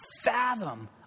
fathom